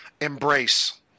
embrace